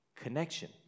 connection